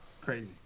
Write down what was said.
Crazy